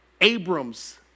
Abram's